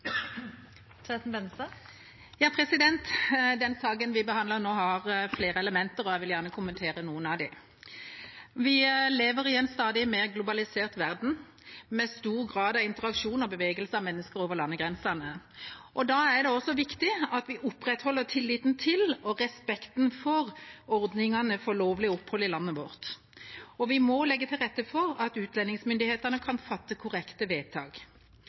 vil gjerne kommentere noen av dem. Vi lever i en stadig mer globalisert verden, med stor grad av interaksjon og bevegelse av mennesker over landegrensene. Da er det også viktig at vi opprettholder tilliten til og respekten for ordningene for lovlig opphold i landet vårt. Vi må legge til rette for at utlendingsmyndighetene kan fatte korrekte vedtak.